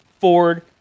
Ford